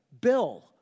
Bill